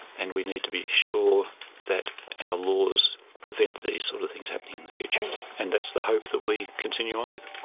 and we need to be sure that our laws prevent these sort of things happening in the future and that's the hope that we continue on with.